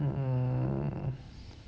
mm